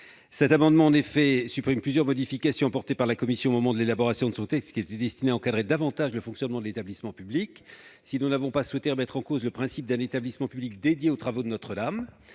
Votre amendement tend à supprimer plusieurs modifications apportées par la commission au moment de l'élaboration de son texte et destinées à encadrer davantage le fonctionnement de l'établissement public. Si nous n'avons pas souhaité remettre en cause le principe d'un tel établissement public dédié aux travaux de Notre-Dame,